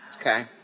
Okay